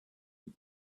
you